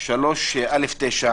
יכול לשבת עם עוד שלושה אנשים אצלו במשרד,